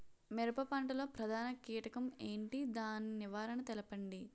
మిరప పంట లో ప్రధాన కీటకం ఏంటి? దాని నివారణ తెలపండి?